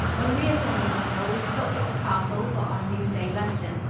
on re-ascending the hill we stopped at the castle for our noonday luncheon,